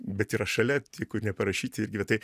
bet yra šalia tai ko neparašyti irgi va tai